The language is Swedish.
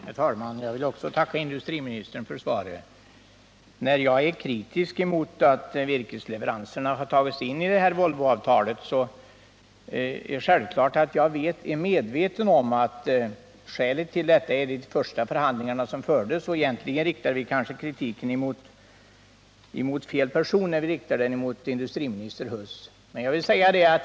Herr talman! Jag vill tacka industriministern för svaret. Jag är kritisk mot att virkesleveranserna har tagits in i detta Volvoavtal, men jag är självklart medveten om att skälet härtill var de första förhandlingarna som fördes. Egentligen riktar vi kanske kritiken mot fel person, när vi riktar den mot industriminister Huss.